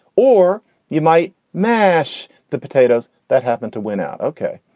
or you might mash the potatoes that happened to win out. okay.